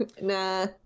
nah